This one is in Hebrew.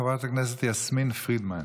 חברת הכנסת יסמין פרידמן,